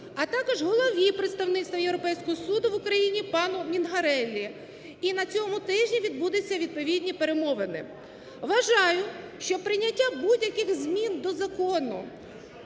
а також голові представництва Європейського Союзу в Україні пану Мінгареллі. І на цьому тижні відбудуться відповідні перемовини. Вважаю, що прийняття будь-яких змін до закону,